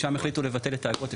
שם החליטו לבטל את האגרות,